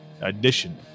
edition